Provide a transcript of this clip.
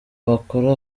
bakora